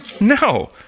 No